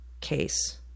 case